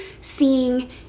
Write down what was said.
seeing